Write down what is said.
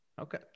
Okay